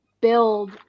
build